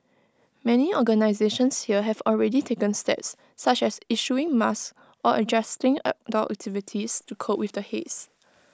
many organisations here have already taken steps such as issuing masks or adjusting outdoor activities to cope with the haze